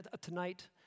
tonight